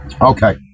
Okay